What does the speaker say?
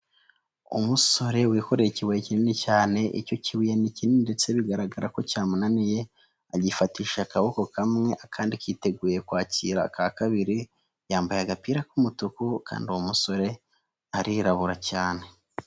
Umusore wikoreye ikibuye kinini cyane icyo kibuye ni kinini ndetse bigaragara ko cyamunaniye agifatisha akaboko kamwe akandi kiteguye kwakira aka kabiri, yambaye agapira k'umutuku kandi ndi uwo musore arirabura cyane.